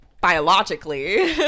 biologically